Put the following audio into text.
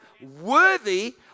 worthy